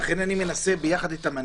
לכן אני מנסה יחד אתם.